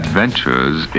Adventures